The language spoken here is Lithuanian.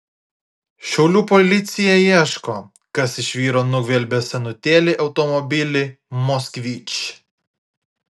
šiaulių policija ieško kas iš vyro nugvelbė senutėlį automobilį moskvič